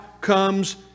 comes